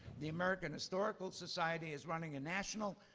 the american historical society is running a national